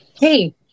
hey